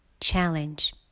challenge